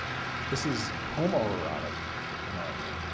this is homoerotic anatomy.